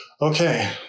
okay